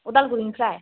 उदालगुरिनिफ्राय